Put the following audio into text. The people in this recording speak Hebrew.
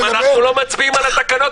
אם אנחנו לא מצביעים על התקנות,